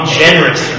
generous